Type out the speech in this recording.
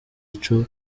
ico